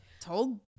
told